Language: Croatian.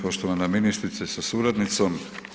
Poštovana ministrice sa suradnicom.